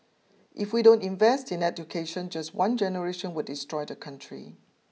if we don't invest in education just one generation would destroy the country